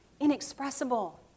inexpressible